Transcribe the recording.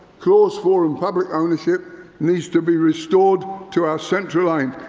clause four and public ownership needs to be restored to our central and